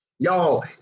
Y'all